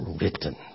written